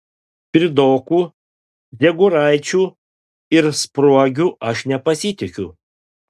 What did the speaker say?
priudoku dziegoraičiu ir spruogiu aš nepasitikiu